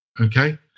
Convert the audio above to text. okay